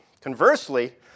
Conversely